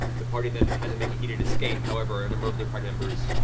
the party then had to make a heated escape. however, a number of the party members,